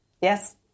yes